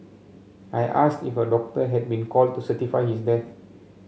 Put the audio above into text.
I asked if a doctor had been called to certify his death